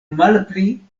malpli